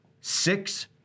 six